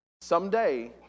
Someday